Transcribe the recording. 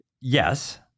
Yes